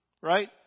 right